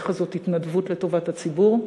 שבעיניך זאת התמודדות לטובת הציבור,